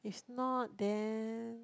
it's not then